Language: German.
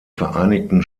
vereinigten